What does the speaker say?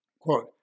quote